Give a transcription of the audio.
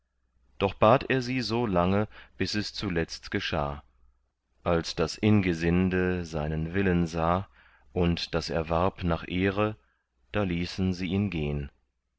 doch bat er sie so lange bis es zuletzt geschah als das ingesinde seinen willen sah und daß er warb nach ehre da ließen sie ihn gehn